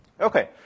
Okay